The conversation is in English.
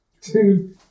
two